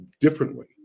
differently